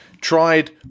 tried